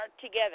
together